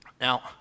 Now